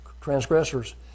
transgressors